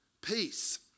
Peace